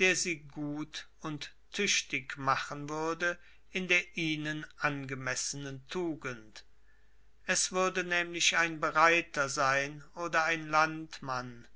der sie gut und tüchtig machen würde in der ihnen angemessenen tugend es würde nämlich ein bereiter sein oder ein landmann